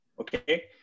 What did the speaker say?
okay